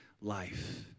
life